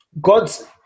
God's